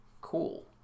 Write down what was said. Cool